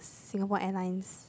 Singapore Airlines